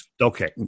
okay